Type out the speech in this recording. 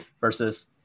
versus